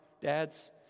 dads